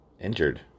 injured